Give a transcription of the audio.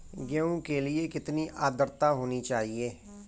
गेहूँ के लिए कितनी आद्रता होनी चाहिए?